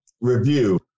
Review